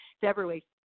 February